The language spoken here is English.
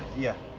yeah.